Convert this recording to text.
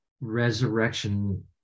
resurrection